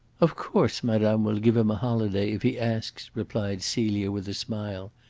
of course madame will give him a holiday if he asks, replied celia with a smile.